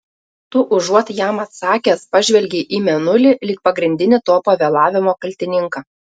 tu užuot jam atsakęs pažvelgei į mėnulį lyg pagrindinį to pavėlavimo kaltininką